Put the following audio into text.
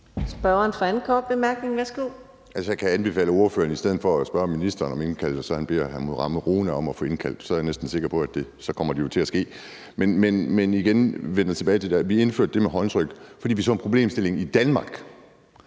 Kl. 11:13 Kim Edberg Andersen (DD): Jeg kan anbefale ordføreren i stedet for at spørge ministeren at bede Mohammad Rona om at få indkaldt, så jeg er næsten sikker på, at det kommer til at ske. Vi indførte det med håndtryk, fordi vi så en problemstilling i Danmark